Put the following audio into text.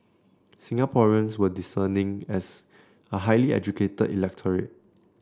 Singaporeans were discerning as a highly educated electorate